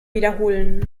wiederholen